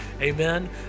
amen